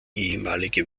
ehemalige